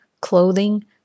clothing